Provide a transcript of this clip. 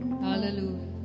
Hallelujah